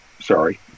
sorry